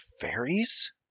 fairies